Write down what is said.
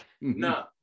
No